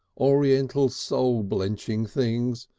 oriental soul-blenching things,